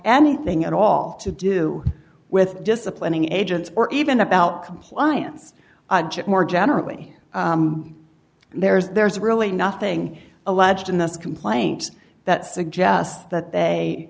anything at all to do with disciplining agents or even about compliance more generally there's there's really nothing alleged in this complaint that suggests that they